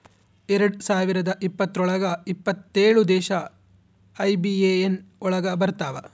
ಎರಡ್ ಸಾವಿರದ ಇಪ್ಪತ್ರೊಳಗ ಎಪ್ಪತ್ತೇಳು ದೇಶ ಐ.ಬಿ.ಎ.ಎನ್ ಒಳಗ ಬರತಾವ